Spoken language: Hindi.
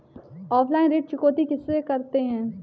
ऑफलाइन ऋण चुकौती कैसे करते हैं?